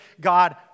God